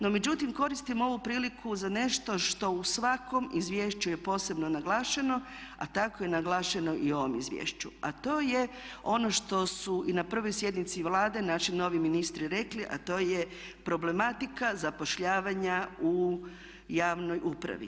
No, međutim koristim ovu priliku za nešto što u svakom izvješću je posebno naglašeno a tako je naglašeno i u ovom izvješću a to je ono što su i na prvoj sjednici Vlade naši novi ministri rekli a to je problematika zapošljavanja u javnoj upravi.